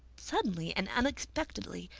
suddenly and unexpectedly.